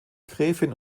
gräfin